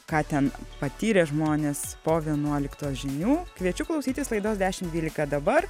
ką ten patyrė žmonės po vienuoliktos žinių kviečiu klausytis laidos dešim dvylika dabar